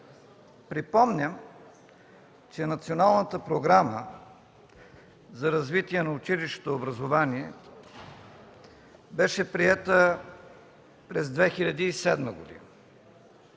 Припомням, че Националната програма за развитие на училищното образование беше приета през 2007 г.